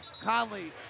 Conley